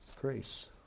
grace